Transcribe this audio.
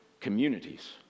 communities